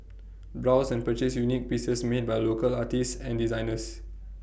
browse and purchase unique pieces made by local artists and designers